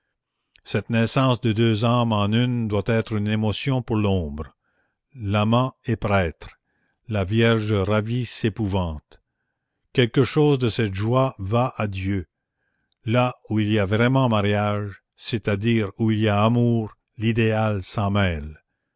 cette naissance de deux âmes en une doit être une émotion pour l'ombre l'amant est prêtre la vierge ravie s'épouvante quelque chose de cette joie va à dieu là où il y a vraiment mariage c'est-à-dire où il y a amour l'idéal s'en mêle